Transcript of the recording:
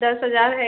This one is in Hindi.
दस हजार है